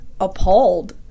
appalled